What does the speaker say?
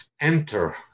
enter